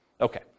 Okay